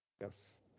yes